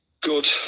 good